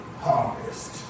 harvest